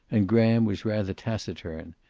and graham was rather taciturn.